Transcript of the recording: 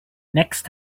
next